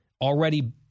already